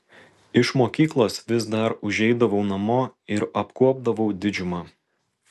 iš mokyklos vis dar užeidavau namo ir apkuopdavau didžiumą